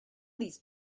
these